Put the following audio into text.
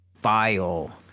file